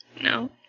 No